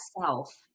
self